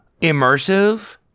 immersive